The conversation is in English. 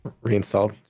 reinstalled